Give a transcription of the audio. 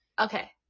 okay